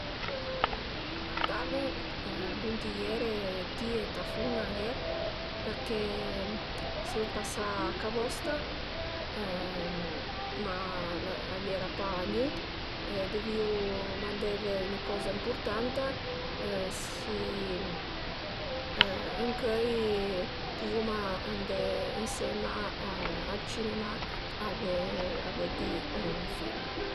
Sun dumandame dunt i ere ti e ta fumna ier perché siu pasà a co vosta ma a i era pa gnün, dëvìu mandave 'na coza ëmpurtanta si ëncöi puvuma andé ënsema al cinema a ve a veddi ün film